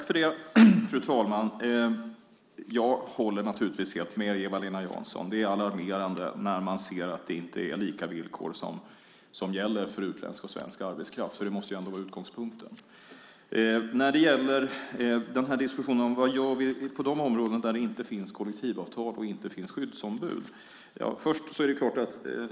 Fru talman! Jag håller helt med Eva-Lena Jansson. Det är alarmerande när man ser att det inte är lika villkor som gäller för utländsk och svensk arbetskraft, för det måste ändå vara utgångspunkten. Vad gör vi på de områden där det inte finns kollektivavtal och skyddsombud?